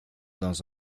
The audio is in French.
dans